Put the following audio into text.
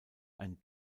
ein